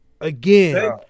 Again